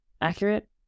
accurate